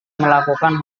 melakukan